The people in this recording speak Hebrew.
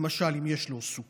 למשל אם יש לו סוכרת,